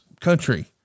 country